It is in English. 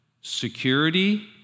security